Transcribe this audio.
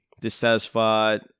dissatisfied